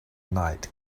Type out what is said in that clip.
night